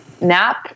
Nap